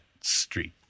street